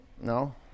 No